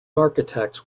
architects